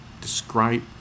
describe